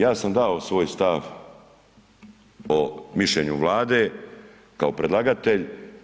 Ja sam dao svoj stav o Mišljenju Vlade kao predlagatelj.